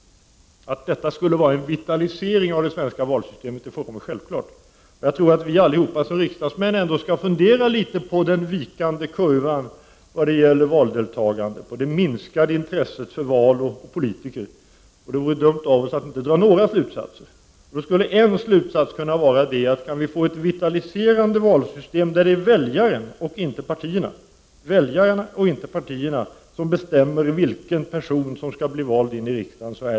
Att detta skulle vara en vitalisering av det svenska valsystemet är fullkomligt självklart. Jag tror att vi alla som riksdagsmän skall fundera litet på den vikande kurvan när det gäller valdeltagandet och på det minskande intresset för val och politiker. Det vore dumt av oss att inte dra några slutsatser av detta. En slutsats skulle kunna vara att vi kunde få ett vitaliserande valsystem, där väljaren och inte partierna bestämmer vilken person som skall bli invald i riksdagen.